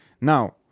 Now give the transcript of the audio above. Now